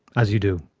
as you do.